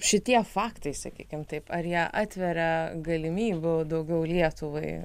šitie faktai sakykim taip ar jie atveria galimybių daugiau lietuvai